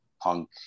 punk